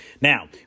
Now